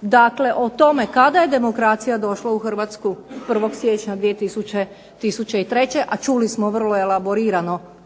dakle o tome kada je demokracija došla u Hrvatsku 1. siječnja 2003. a čuli smo vrlo elaborirano